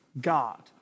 God